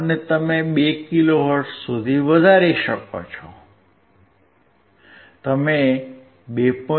અને તમે 2 kilohertz સુધી વધારી શકો છો તમે 2